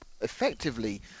effectively